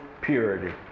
purity